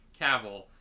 Cavill